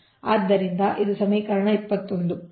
ಆದ್ದರಿಂದ ಇದು ಸಮೀಕರಣ 21